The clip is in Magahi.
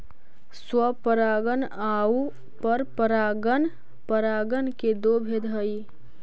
स्वपरागण आउ परपरागण परागण के दो भेद हइ